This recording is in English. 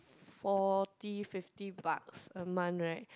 forty fifty bucks a month right